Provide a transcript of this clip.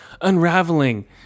unraveling